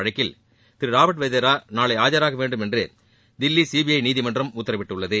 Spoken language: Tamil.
வழக்கில் திரு ராபர்ட் வதேரா நாளை ஆஜராக வேண்டும் என்று தில்லி சிபிஐ நீதிமன்றம் உத்தரவிட்டுள்ளது